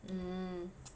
mm